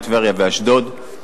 טבריה ואשדוד.